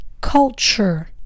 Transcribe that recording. Culture